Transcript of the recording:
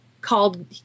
called